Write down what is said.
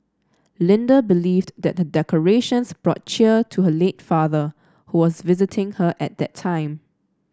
Linda believed that her decorations brought cheer to her late father who was visiting her at the time